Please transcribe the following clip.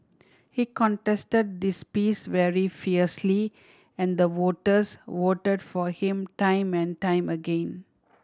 he contested this piece very fiercely and the voters voted for him time and time again